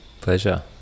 pleasure